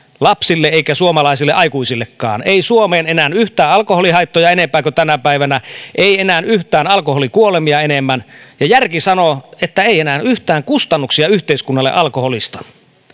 lapsille eikä suomalaisille aikuisillekaan ei suomeen enää yhtään alkoholihaittoja enempää kuin tänä päivänä ei enää yhtään alkoholikuolemia enemmän ja järki sanoo että ei enää yhtään kustannuksia yhteiskunnalle alkoholista